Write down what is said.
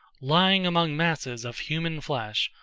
lying among masses of human flesh,